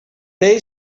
they